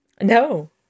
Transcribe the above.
No